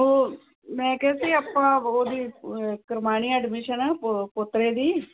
ਉਹ ਮੈਂ ਕਿਹਾ ਸੀ ਆਪਾਂ ਉਹਦੀ ਕਰਵਾਉਣੀ ਐਡਮਿਸ਼ਨ ਪੋ ਪੋਤਰੇ ਦੀ